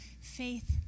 faith